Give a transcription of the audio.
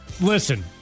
listen